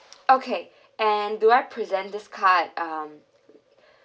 okay and do I present this card um